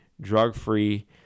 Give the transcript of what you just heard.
Drug-free